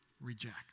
reject